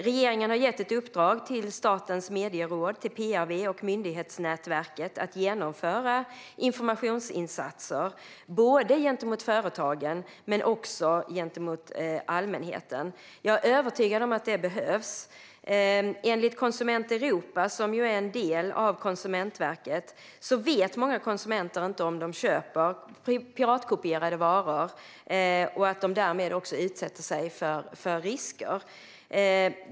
Regeringen har gett ett uppdrag till Statens medieråd, PRV och Myndighetsnätverket att genomföra informationsinsatser gentemot både företagen och allmänheten. Jag är övertygad om att det behövs. Enligt Konsument Europa, som är en del av Konsumentverket, vet många konsumenter inte om de köper piratkopierade varor och att de därmed utsätter sig för risker.